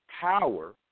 power